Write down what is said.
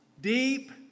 deep